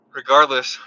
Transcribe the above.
regardless